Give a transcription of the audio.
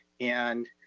and